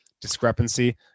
discrepancy